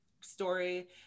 story